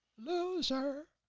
loser,